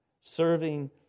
serving